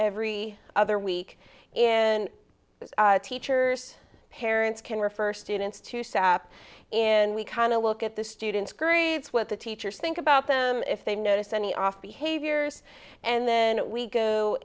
every other week and teachers parents can refer students to set up and we kind of look at the students grades what the teachers think about them if they notice any off behaviors and then we go